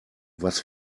was